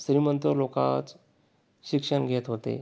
श्रीमंत लोकांत शिक्षण घेत होते